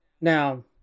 Now